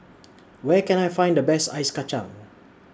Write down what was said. Where Can I Find The Best Ice Kachang